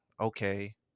okay